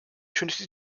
trinity